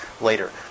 later